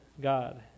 God